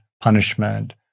punishment